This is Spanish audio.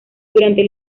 durante